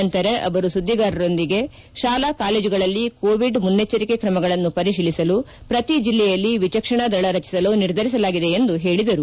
ನಂತರ ಅವರು ಸುದ್ದಿಗಾರರೊಂದಿಗೆ ಶಾಲಾ ಕಾಲೇಜುಗಳಲ್ಲಿ ಕೋವಿಡ್ ಮುನ್ನಚ್ವರಿಕೆ ಕ್ರಮಗಳನ್ನು ಪರಿತೀಲಿಸಲು ಪ್ರತಿ ಜಿಲ್ಲೆಯಲ್ಲಿ ವಿಚಕ್ಷಣ ದಳ ರಚಿಸಲು ನಿರ್ಧರಿಸಲಾಗಿದೆ ಎಂದು ಹೇಳಿದರು